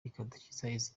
izi